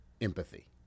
empathy